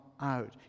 out